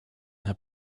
had